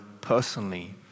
personally